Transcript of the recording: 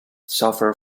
suffer